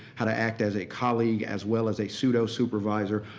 how to act as a colleague as well as a pseudo-supervisor.